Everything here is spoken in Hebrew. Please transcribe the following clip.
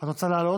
אתה רוצה לעלות?